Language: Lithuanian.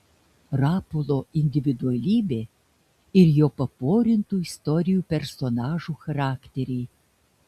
rapolo individualybė ir jo paporintų istorijų personažų charakteriai